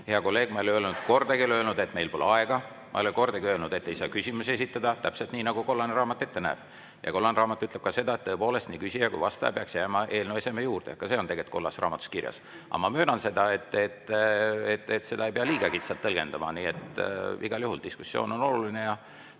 Hea kolleeg, ma ei ole kordagi öelnud, et meil pole aega, ma ei ole kordagi öelnud, et ei saa küsimusi esitada – täpselt nii, nagu kollane raamat ette näeb. Ja kollane raamat ütleb ka seda, et tõepoolest, nii küsija kui vastaja peaks jääma eelnõu eseme juurde. Ka see on tegelikult kollases raamatus kirjas. Aga ma möönan seda, et seda ei pea liiga kitsalt tõlgendama. Igal juhul diskussioon on oluline ja